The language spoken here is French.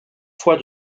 fois